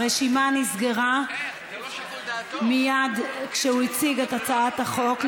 הרשימה נסגרה מייד כשהוא הציג את הצעת החוק.